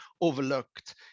overlooked